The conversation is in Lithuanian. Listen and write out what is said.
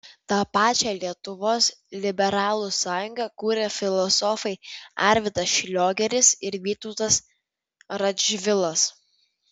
tą pačią lietuvos liberalų sąjungą kūrė filosofai arvydas šliogeris ir vytautas radžvilas